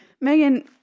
megan